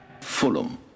Fulham